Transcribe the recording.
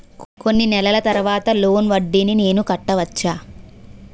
కొన్ని నెలల తర్వాత లోన్ వడ్డీని నేను కట్టవచ్చా?